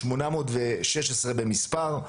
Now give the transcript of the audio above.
816 במספר,